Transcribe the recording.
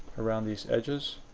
around these edges.